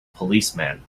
policeman